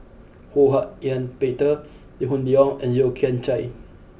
Ho Hak Ean Peter Lee Hoon Leong and Yeo Kian Chai